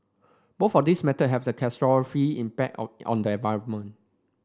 both of these methods have a catastrophic impact on on the environment